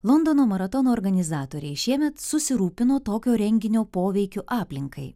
londono maratono organizatoriai šiemet susirūpino tokio renginio poveikiu aplinkai